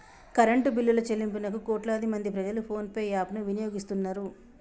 current బిల్లుల చెల్లింపులకు కోట్లాది మంది ప్రజలు ఫోన్ పే యాప్ ను వినియోగిస్తున్నరు